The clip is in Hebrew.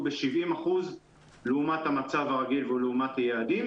ב-70% לעומת המצב הרגיל ולעומת היעדים.